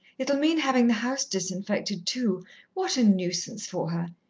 it'll mean having the house disinfected, too what a nuisance for her.